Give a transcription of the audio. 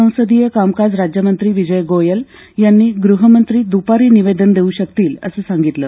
संसदीय कामकाज राज्यमंत्री विजय गोयल यांनी ग्रहमंत्री दुपारी निवेदन देऊ शकतील असं सांगितलं